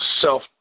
self